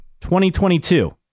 2022